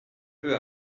peu